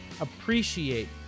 appreciate